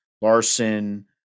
larson